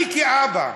אני, כאבא,